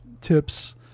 tips